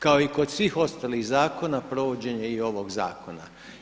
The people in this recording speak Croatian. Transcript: Kao i kod svih ostalih zakona provođenje i ovog zakona.